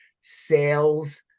sales